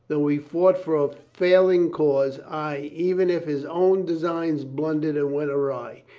though he fought for a failing cause, ay, even if his own designs blundered and went awry,